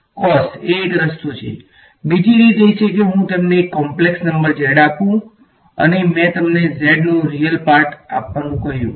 cos એ એક રસ્તો છે બીજી રીત છે કે હું તમને એક કોપ્લેક્ષ નંબર z આપું અને મેં તમને z નો રીયલ પાર્ટ આપવાનું કહ્યું